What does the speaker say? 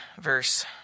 verse